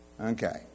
Okay